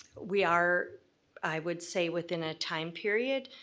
we are i would say within a time period,